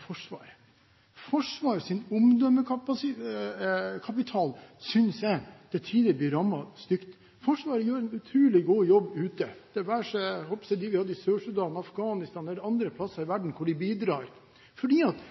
omdømme. Forsvarets omdømmekapital synes jeg til tider blir rammet stygt. Forsvaret gjør en utrolig god jobb ute – det være seg i Sør-Sudan, Afghanistan eller andre steder i verden hvor de bidrar. Det er fordi